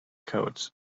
codes